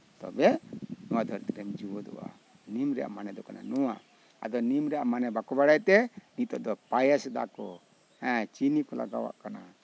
ᱛᱚᱵᱮ ᱱᱚᱣᱟ ᱫᱷᱟᱹᱨᱛᱤ ᱨᱮᱢ ᱡᱤᱣᱭᱮᱫᱚᱜᱼᱟ ᱱᱤᱢ ᱨᱮᱭᱟᱜ ᱢᱟᱱᱮ ᱫᱚ ᱠᱟᱱᱟ ᱱᱚᱣᱟ ᱱᱤᱢ ᱨᱮᱭᱟᱜ ᱢᱟᱱᱮ ᱵᱟᱠᱚ ᱵᱟᱲᱟᱭᱛᱮ ᱱᱤᱛᱚᱜ ᱫᱚ ᱯᱟᱭᱮᱥ ᱫᱟᱠᱚ ᱪᱤᱱᱤ ᱠᱚ ᱞᱟᱜᱟᱣᱟᱜ ᱠᱟᱱᱟ